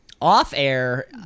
Off-air